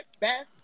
best